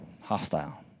hostile